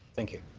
thank you.